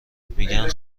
میگن